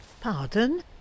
Pardon